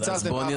פיצלתם,